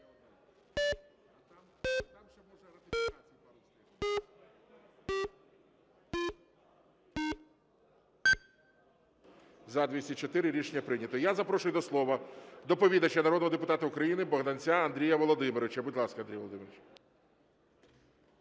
За-204 Рішення прийнято. Я запрошую до слова доповідача народного депутата України Богданця Андрія Володимировича. Будь ласка, Андрій Володимирович.